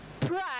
Pride